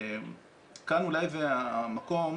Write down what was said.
כאן אולי זה המקום